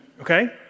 okay